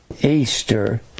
Easter